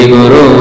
Guru